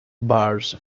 bars